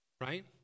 right